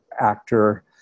actor